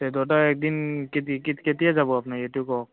তে দুইটাই একদিন কেত কেত কেতিয়া যাব আপুনি সেইটো কওক